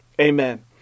amen